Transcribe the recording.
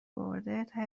برده، ته